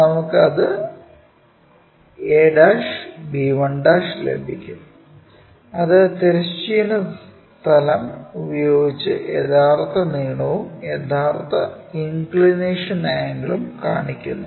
നമുക്ക് അത് ab1 ലഭിക്കും അത് തിരശ്ചീന തലം plane ഉപയോഗിച്ച് യഥാർത്ഥ നീളവും യഥാർത്ഥ ഇൻക്ക്ളിനേഷൻ ആംഗിളും കാണിക്കുന്നു